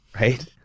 right